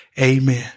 Amen